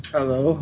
Hello